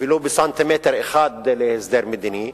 ולו בסנטימטר אחד, להסדר מדיני,